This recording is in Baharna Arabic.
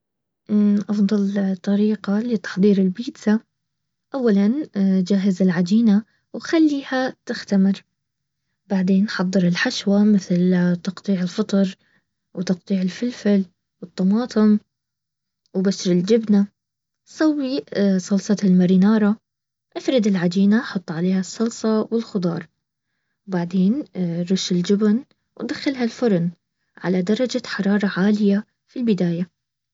افضل طريقة لتحضير البيتزا اولا جهز العجينة وخليها تختمر بعدين حضر الحشوة مثل تقطيع الفطر وتقطيع الفلفل والطماطم وبشر الجبنة سوي صلصة المارينارة افرد العجينة احط عليها الصلصة والخضار بعدين رش الجبن وندخلها الفرن. على درجة حرارة عالية في البداية